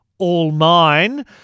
AllMine